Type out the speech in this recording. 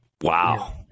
wow